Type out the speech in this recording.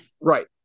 Right